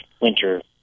winter